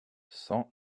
cent